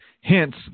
hence